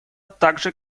также